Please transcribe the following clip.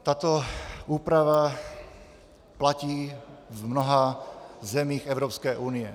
Tato úprava platí v mnoha zemích Evropské unie.